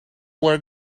were